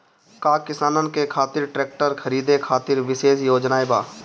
का किसानन के खातिर ट्रैक्टर खरीदे खातिर विशेष योजनाएं बा?